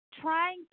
Trying